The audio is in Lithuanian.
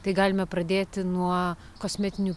tai galime pradėti nuo kosmetinių